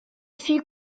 fut